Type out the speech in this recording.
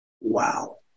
Wow